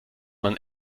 man